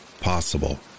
possible